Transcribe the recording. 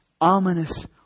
ominous